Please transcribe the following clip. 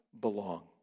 belong